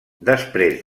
després